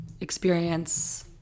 experience